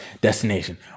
destination